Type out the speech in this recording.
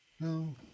no